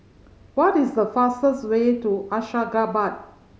what is the fastest way to Ashgabat